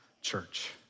church